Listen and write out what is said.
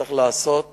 שצריך לעשות כבר.